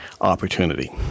opportunity